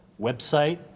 website